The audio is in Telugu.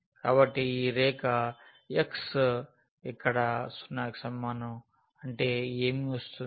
కాబట్టి ఈ రేఖ x ఇక్కడ 0 కి సమానం అంటే ఏమివస్తుంది